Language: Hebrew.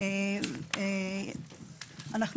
רפורמת הרישוי הדיפרנציאלי תיקון מס' 34 תקצוב הרשויות המקומיות